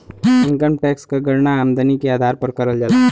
income tax क गणना आमदनी के आधार पर करल जाला